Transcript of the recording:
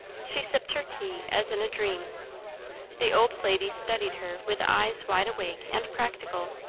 she sipped her tea as in a dream the old lady studied her with eyes wide awake and practical.